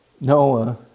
Noah